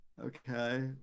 Okay